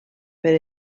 per